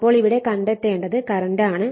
അപ്പോൾ ഇവിടെ കണ്ടത്തേണ്ടത് കറണ്ടാണ്